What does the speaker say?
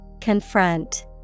Confront